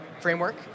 framework